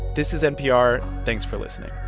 this is npr. thanks for listening